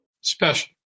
Special